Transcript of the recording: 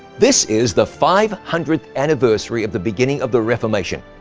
this is the five hundredth anniversary of the beginning of the reformation,